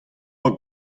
boa